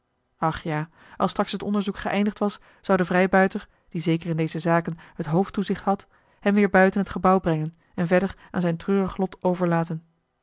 ach ja als straks het onderzoek geëindigd was zou de vrijbuiter die zeker in deze zaken het hoofdtoezicht had joh h been paddeltje de scheepsjongen van michiel de ruijter hem weer buiten het gebouw brengen en verder aan zijn treurig lot overlaten